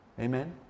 Amen